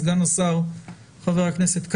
סגן השר חבר הכנסת קארה,